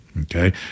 Okay